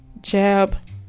jab